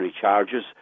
charges